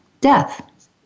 death